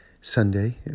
Sunday